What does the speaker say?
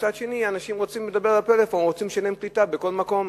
ומצד שני רוצים לדבר בפלאפון ורוצים שתהיה להם קליטה בכל מקום,